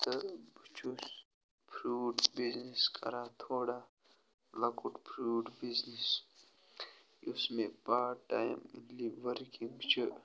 تہٕ بہٕ چھُس فرٛوٗٹ بِزنٕس کَران تھوڑا لَۄکُٹ فرٛوٗٹ بِزنٕس یُس مےٚ پارٹ ٹایم اِنلی ؤرکِنٛگ چھِ